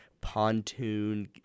pontoon